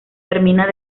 termina